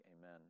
amen